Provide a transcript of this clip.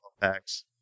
packs